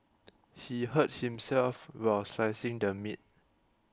he hurt himself while slicing the meat